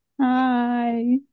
Hi